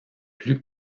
plus